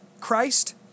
Christ